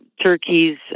turkeys